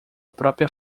própria